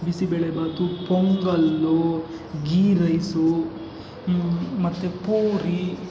ಬಿಸಿಬೇಳೆ ಭಾತು ಪೊಂಗಲ್ಲೂ ಗೀ ರೈಸೂ ಮತ್ತು ಪೂರಿ